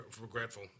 regretful